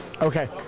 Okay